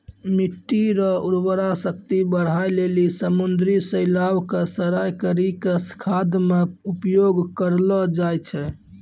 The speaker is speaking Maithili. मिट्टी रो उर्वरा शक्ति बढ़ाए लेली समुन्द्री शैलाव के सड़ाय करी के खाद मे उपयोग करलो जाय छै